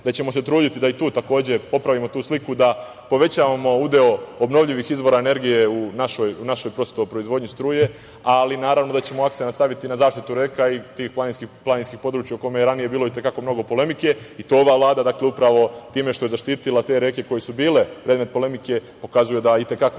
da ćemo se truditi da i tu takođe popravimo tu sliku, da povećavamo udeo obnovljivih izvora energije u našoj proizvodnji struje. Naravno da ćemo akcenat staviti na zaštitu reka i tih planinskih područja o kojima je ranije bilo i te kako mnogo polemike. To ova Vlada upravo time što je zaštitila te reke koje su bile predmet polemike, pokazuju da i te kako